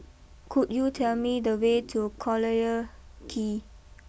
could you tell me the way to Collyer Quay